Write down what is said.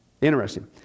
Interesting